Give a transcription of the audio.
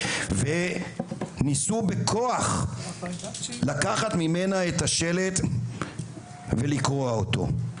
וניסו בכוח לקחת ממנה את השלט ולקרוע אותו,